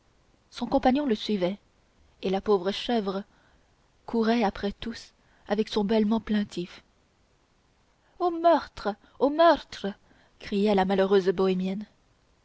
son compagnon le suivait et la pauvre chèvre courait après tous avec son bêlement plaintif au meurtre au meurtre criait la malheureuse bohémienne